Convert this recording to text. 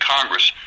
Congress